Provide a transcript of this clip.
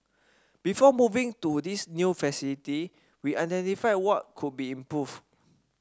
before moving to this new facility we identified what could be improved